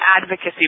advocacy